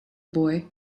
boy